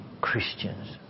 Christians